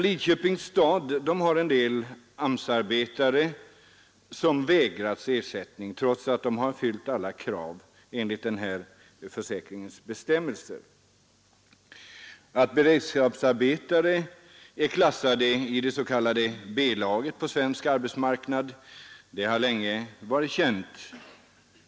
Lidköpings stad har en del AMS-arbetare som vägrats ersättning trots att de uppfyllt alla krav enligt denna försäkrings bestämmelser. Att beredskapsarbetare är klassade i det s.k. B-laget på svensk arbetsmarknad har länge varit känt.